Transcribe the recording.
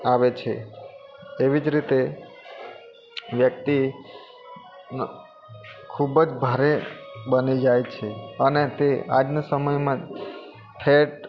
આવે છે તેવી જ રીતે વ્યક્તિ ખૂબ જ ભારે બની જાય છે અને તે આજના સમયમાં જ ફેટ